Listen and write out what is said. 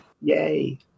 Yay